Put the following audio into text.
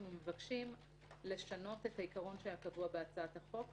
מבקשים לשנות את העיקרון שהיה קבוע בהצעת החוק,